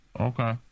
Okay